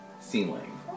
ceiling